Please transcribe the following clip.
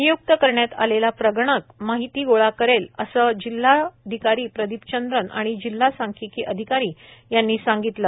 नियुक्त करण्यात आलेल्या प्रगणक माहिती गोळा करतील असं जिल्हाधिकारी प्रदीपचंद्रन आणि जिल्हा सांख्यिकी अधिकारी यांनी सांगितलं